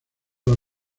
los